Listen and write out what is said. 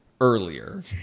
earlier